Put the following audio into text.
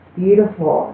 beautiful